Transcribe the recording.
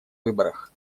выборах